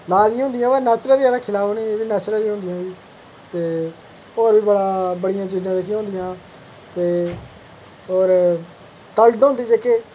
लाई दियां होंदियां पर नैचुरल जेह्ड़ा खिल्ला ओह् न जेह्ड़ी नैचूरल गै होंदी ते होर बी बड़ा बड़ियां चीजां होंदियां ते होर तलड़ होंदे जेह्के